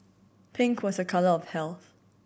pink was a colour of health